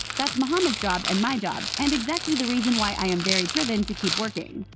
that's mohamed's job and my job and exactly the reason why i am very driven to keep working.